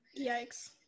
Yikes